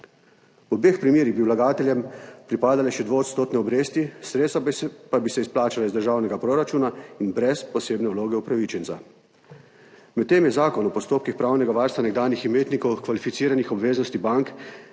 V obeh primerih bi vlagateljem pripadale še 2-odstotne obresti, sredstva pa bi se izplačala iz državnega proračuna in brez posebne vloge upravičenca. Medtem je zakon o postopkih pravnega varstva nekdanjih imetnikov kvalificiranih obveznosti bank,